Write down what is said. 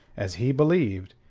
as he believed,